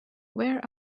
where